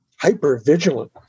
hypervigilant